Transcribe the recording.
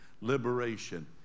liberation